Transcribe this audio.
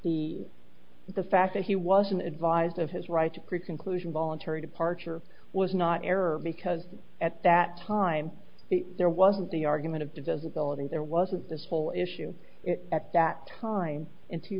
the the fact that he wasn't advised of his rights group conclusion voluntary departure was not error because at that time there wasn't the argument of divisibility there wasn't this whole issue at that time in two